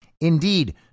Indeed